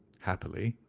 happily,